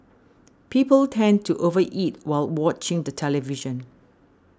people tend to over eat while watching the television